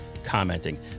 commenting